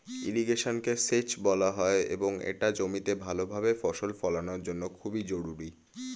ইরিগেশনকে সেচ বলা হয় এবং এটা জমিতে ভালোভাবে ফসল ফলানোর জন্য খুবই জরুরি